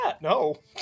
no